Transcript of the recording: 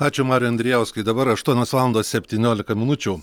ačiū mariui andrijauskui dabar aštuonios valandos septyniolika minučių